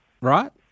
right